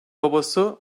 babası